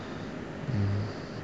hmm